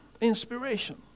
inspiration